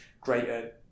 greater